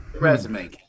Resume